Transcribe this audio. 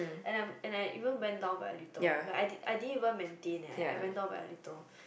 and I and I even went down by a little I didn't maintain leh I went down by a little